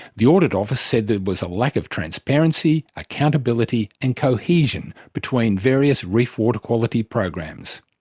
the audit office said there was a lack of transparency, accountability and cohesion between various reef water quality programs.